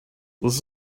this